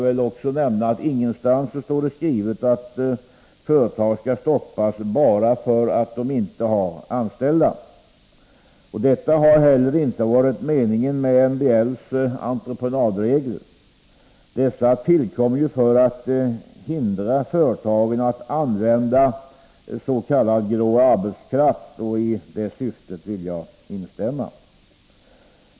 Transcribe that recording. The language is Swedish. Ingenstans står det skrivet att företag skall stoppas bara för att de inte har anställda. Detta harinte heller varit meningen med medbestämmandelagens entreprenadregler. Dessa tillkom för att hindra företagen att använda s.k. grå arbetskraft, och i det syftet vill jag instämma.